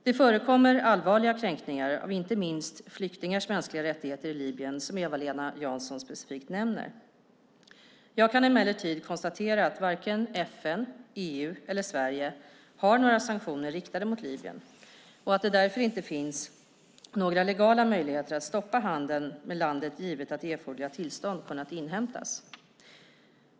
Det förekommer allvarliga kränkningar av inte minst flyktingars mänskliga rättigheter i Libyen, som Eva-Lena Jansson specifikt nämner. Jag kan emellertid konstatera att varken FN, EU eller Sverige har några sanktioner riktade mot Libyen och att det därför inte finns några legala möjligheter att stoppa handeln med landet givet att erforderliga tillstånd kunnat inhämtas.